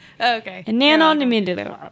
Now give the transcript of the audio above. Okay